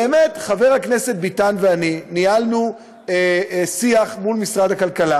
חבר הכנסת ביטן ואני ניהלנו שיח מול משרד הכלכלה